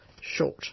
short